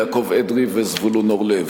יעקב אדרי וזבולון אורלב.